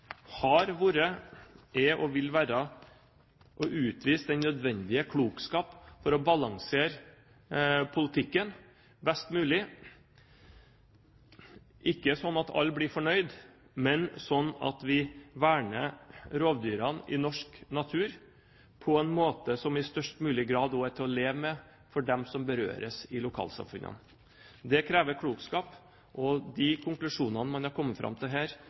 har vært, er og vil være å utvise den nødvendige klokskap for å balansere politikken best mulig – ikke slik at alle blir fornøyd, men slik at vi verner rovdyrene i norsk natur på en måte som i størst mulig grad er til å leve med for dem som berøres i lokalsamfunnene. Det krever klokskap, men de konklusjonene man har kommet fram til her,